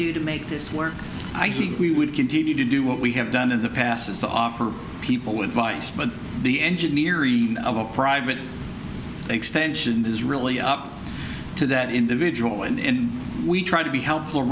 do to make this work i think we would continue to do what we have done in the past is to offer people with vice but the engineering of a private extension is really up to that individual and we try to be helpful